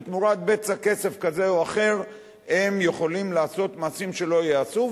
ותמורת בצע כסף כזה או אחר הם יכולים לעשות מעשים שלא ייעשו,